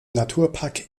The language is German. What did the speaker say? naturpark